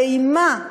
האימה,